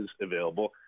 available